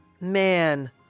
Man